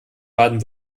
baden